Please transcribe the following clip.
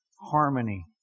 Harmony